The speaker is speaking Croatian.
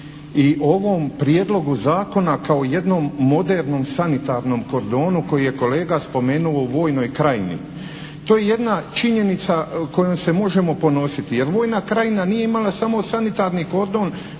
i ovom prijedlogu zakona kao jednom modernom sanitarnom kordonu koji je kolega spomenuo u vojnoj krajini. To je jedna činjenica kojom se možemo ponositi, jer vojna krajina nije imala samo sanitarni kordon